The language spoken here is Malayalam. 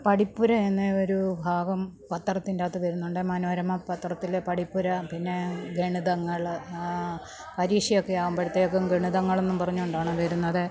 പഠിപ്പുര എന്ന ഒരു ഭാഗം പത്രത്തിൻറെ അകത്ത് വരുന്നുണ്ട് മനോരമ പത്രത്തിൽ പഠിപ്പുര പിന്നേ ഗണിതങ്ങൾ പരീക്ഷ ഒക്കെ ആവുമ്പോഴത്തേക്കും ഗണിതങ്ങൾ എന്നും പറഞ്ഞുകൊണ്ടാണ് വരുന്നത്